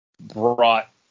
brought